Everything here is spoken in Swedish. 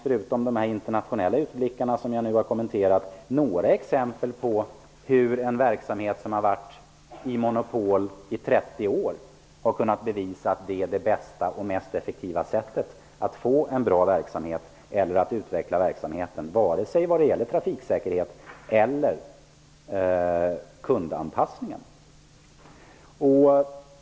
Förutom den internationella utblicken som jag nu har kommenterat har Anita Jönsson inte nämnt några exempel på hur en verksamhet som bedrivits i monopol i 30 år har kunnat bevisa att den är det bästa och mest effektiva sättet att utveckla trafiksäkerhet och kundanpassning.